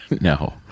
No